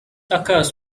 occurs